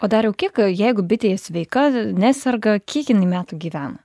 o dariau kiek jeigu bitė sveika neserga kiek jinai metų gyvena